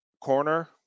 corner